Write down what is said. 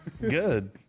Good